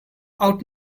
ought